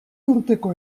urteko